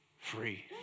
free